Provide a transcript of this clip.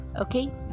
Okay